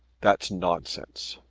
that's nonsense.